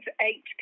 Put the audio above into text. eight